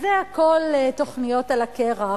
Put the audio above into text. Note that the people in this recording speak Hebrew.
אז זה הכול תוכניות על הקרח.